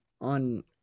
on